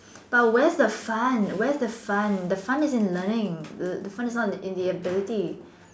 but where's the fun where's the fun the fun is in learning the fun is not in the ability